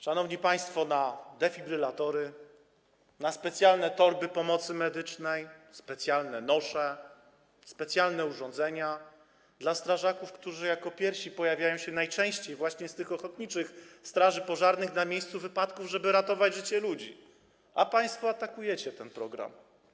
Szanowni państwo, na defibrylatory, na specjalne torby pomocy medycznej, specjalne nosze, specjalne urządzenia dla strażaków, którzy jako pierwsi pojawiają się, najczęściej właśnie z tych ochotniczych straży pożarnych, na miejscu wypadków, żeby ratować życie ludzi, a państwo atakujecie ten program.